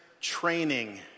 training